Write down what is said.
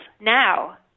now